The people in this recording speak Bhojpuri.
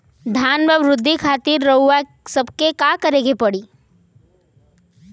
धान क वृद्धि खातिर रउआ सबके का करे के पड़ी?